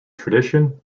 tradition